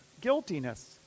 guiltiness